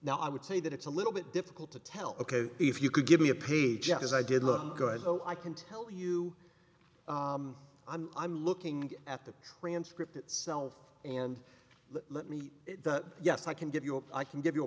now i would say that it's a little bit difficult to tell ok if you could give me a page as i did look good so i can tell you i'm looking at the transcript itself and let me yes i can give your i can give you a